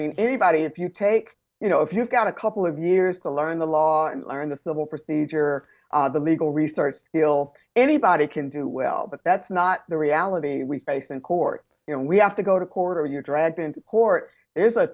mean anybody if you take you know if you've got a couple of years to learn the law and learn the civil procedure the legal resource deal anybody can do well but that's not the reality we face in court and we have to go to court or you're dragged into court there's a